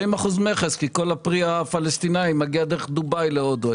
כך הפרי הפלסטינאי מגיע היום דרך דובאי להודו.